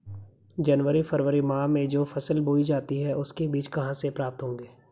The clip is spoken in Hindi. जनवरी फरवरी माह में जो फसल बोई जाती है उसके बीज कहाँ से प्राप्त होंगे?